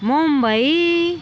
Mumbai